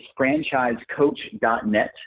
franchisecoach.net